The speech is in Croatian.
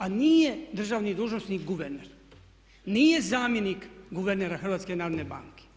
A nije državni dužnosnik guverner, nije zamjenik guvernera HNB-a.